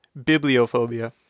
Bibliophobia